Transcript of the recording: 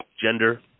gender